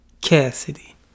Cassidy